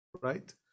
right